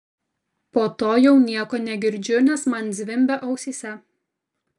po to jau nieko negirdžiu nes man zvimbia ausyse